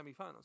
semifinals